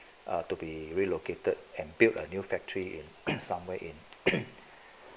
ah to be relocated and build a new factory in somewhere in